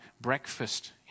breakfast